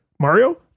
Mario